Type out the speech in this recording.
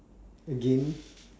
again